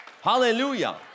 hallelujah